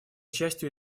частью